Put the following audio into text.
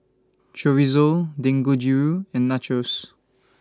Chorizo Dangojiru and Nachos